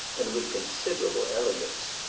and with considerable elegance.